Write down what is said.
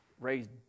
raised